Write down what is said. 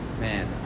Man